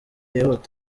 yihuta